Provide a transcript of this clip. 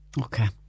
Okay